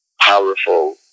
powerful